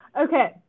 okay